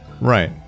right